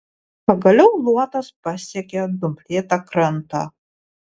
pagaliau luotas pasiekė dumblėtą krantą